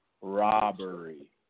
robbery